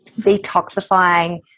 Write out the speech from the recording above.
detoxifying